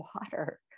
water